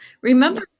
remember